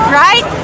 right